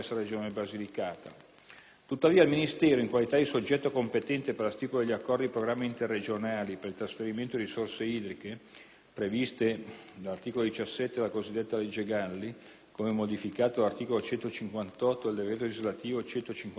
Tuttavia, il Ministero, in qualità di soggetto competente per la stipula degli accordi di programma interregionali per il trasferimento di risorse idriche previsti dall'articolo 17 della legge n. 36 del 1994 (la cosiddetta legge Galli), come modificato dall'articolo 58 del decreto legislativo n. 152 del 2006,